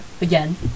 again